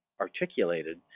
articulated